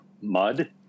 mud